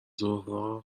ظهرها